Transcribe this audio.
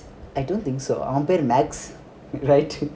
I don't think so அவன்பேரு:avan peru max right